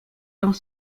dans